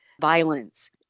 violence